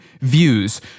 views